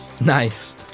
Nice